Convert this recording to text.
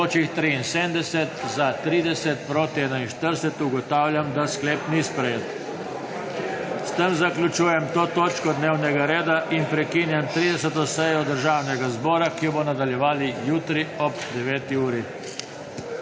glasovalo 30.) (Proti 41.) Ugotavljam, da sklep ni sprejet. S tem zaključujem to točko dnevnega reda in prekinjam 30. sejo Državnega zbora, ki jo bomo nadaljevali jutri ob 9.